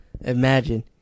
Imagine